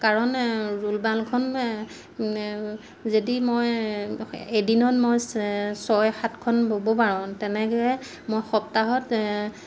কাৰণ ৰুলমালখন যদি মই এদিনত মই চে ছয় সাতখন ব'ব পাৰোঁ তেনেকৈ মই সপ্তাহত